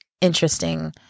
interesting